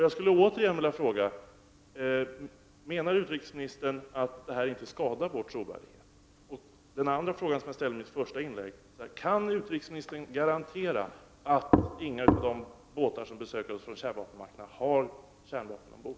Jag vill återigen fråga: Menar utrikesministern att detta inte skadar vår trovärdighet? Kan utrikesministern garantera att inte någon av de båtar som besöker oss från kärnvapenmakterna har kärnvapen ombord?